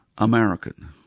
American